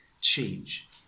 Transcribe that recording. change